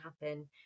happen